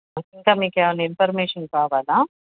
ఇంకా మీకేమైనా ఇన్ఫర్మేషన్ కావాలా